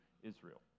Israel